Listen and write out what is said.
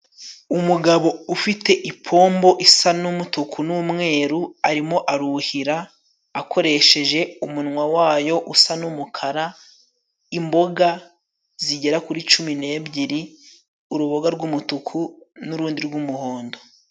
Umugabo ufite ipombo isa n'umutuku n'umweru, arimo aruhira akoresheje umunwa wa yo, usa n'umukara, imboga zigera kuri cumi n'ebyiri, uruboga rw'umutuku n'urundi rw'umuhondo.